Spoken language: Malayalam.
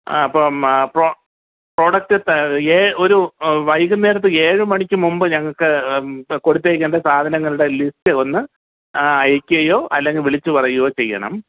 ആ അപ്പോൾ ആ പ്രോ പ്രോഡക്റ്റ് ഏ ഒരു വൈകുന്നേരത്തെ ഏഴ് മണിക്ക് മുമ്പ് ഞങ്ങൾക്ക് കൊടുത്തേക്കേണ്ട സാധനങ്ങളുടെ ലിസ്റ്റ് ഒന്ന് അയക്കുകയോ അല്ലെങ്കിൽ വിളിച്ചു പറയുകയോ ചെയ്യണം